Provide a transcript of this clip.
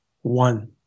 one